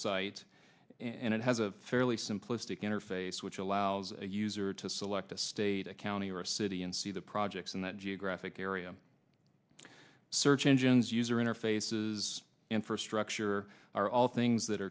site and it has a fairly simplistic interface which allows a user to select a state a county or a city and see the projects in that geographic area search engines user interfaces infrastructure are all things that